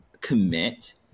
commit